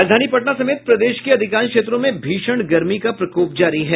राजधानी पटना समेत प्रदेश के अधिकांश क्षेत्रों में भीषण गर्मी का प्रकोप जारी है